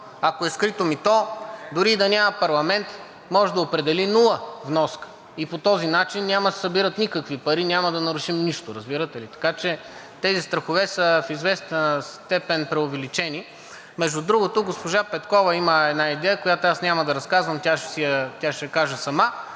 Ако е скрито мито, дори и да няма парламент, може да определи нула вноска и по този начин няма да се събират никакви пари, няма да нарушим нищо. Разбирате ли? Така че тези страхове са в известна степен преувеличени. Между другото, госпожа Петкова има една идея, която аз няма да разказвам, тя ще я каже сама,